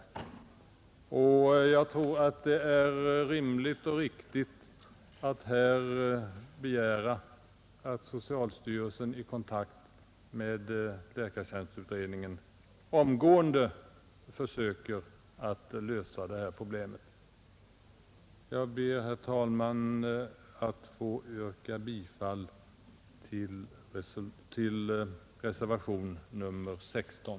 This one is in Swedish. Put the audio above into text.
Jag tror att det är rimligt och riktigt att här begära att socialstyrelsen i kontakt med läkartjänstutredningen omgående försöker att lösa det här problemet. Jag ber, herr talman, att få yrka bifall till reservationen 16.